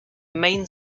main